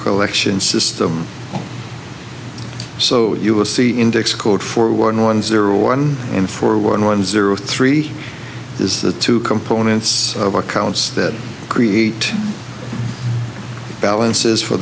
collection system so you will see index code for one one zero one four one one zero three is the two components of our columns that create balances for